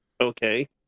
okay